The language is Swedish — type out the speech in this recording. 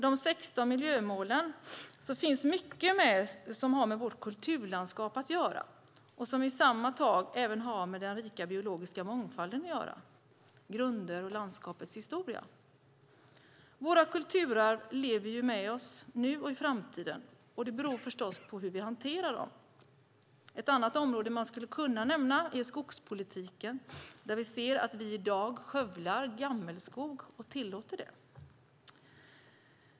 De 16 miljömålen har mycket med vårt kulturlandskap att göra, som i samma tag även har med den rika biologiska mångfalden att göra. Det handlar om grunder och landskapets historia. Våra kulturarv lever med oss nu och i framtiden, och det beror förstås på hur vi hanterar dem. Ett annat område man skulle kunna nämna är skogspolitiken. Vi ser att vi i dag skövlar gammelskog och tillåter det.